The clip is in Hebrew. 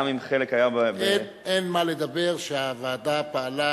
גם אם חלק היה, אין, אין מה לדבר שהוועדה פעלה